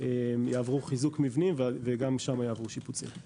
ויעברו חיזוק מבני ויעברו שיפוצים גם שם.